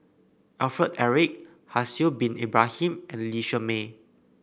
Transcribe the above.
Alfred Eric Haslir Bin Ibrahim and Lee Shermay